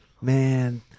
Man